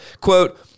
Quote